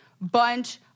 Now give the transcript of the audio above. bunch